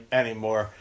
anymore